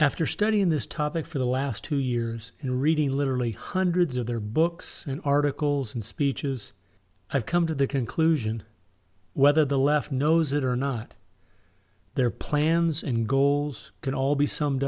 after studying this topic for the last two years and reading literally hundreds of their books and articles and speeches i've come to the conclusion whether the left knows it or not their plans and goals can all be summed